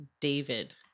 David